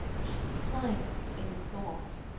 she pin'd in thought,